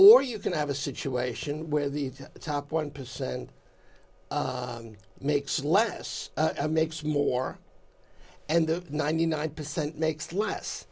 or you can have a situation where the top one percent makes less makes more and the ninety nine percent makes less